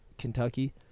Kentucky